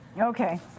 Okay